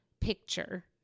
picture